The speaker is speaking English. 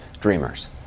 dreamers